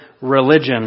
religion